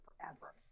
forever